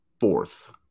fourth